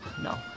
No